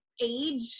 Age